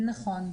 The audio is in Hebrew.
נכון.